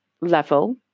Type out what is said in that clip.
level